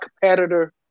competitor